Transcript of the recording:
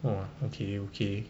!wah! okay okay